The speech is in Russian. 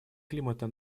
климата